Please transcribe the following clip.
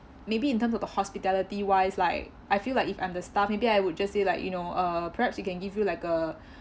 maybe in terms of the hospitality wise like I feel like if I'm the staff maybe I would just say like you know uh perhaps we can give you like a